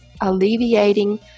alleviating